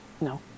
No